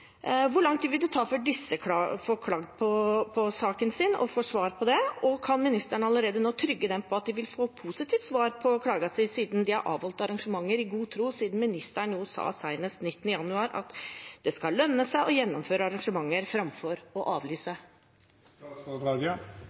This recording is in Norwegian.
Hvor lang tid vil det ta før disse får klagd på saken sin og får svar på det? Og kan ministeren allerede nå trygge dem på at de vil få positivt svar på klagen sin, siden de har avholdt arrangementer i god tro, i og med at ministeren senest 19. januar sa at det skal lønne seg å gjennomføre arrangementer framfor å